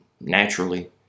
naturally